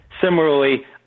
Similarly